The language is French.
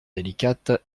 délicate